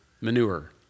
manure